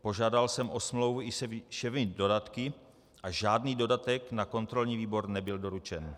Požádal jsem o smlouvu i se všemi dodatky a žádný dodatek na kontrolní výbor nebyl doručen.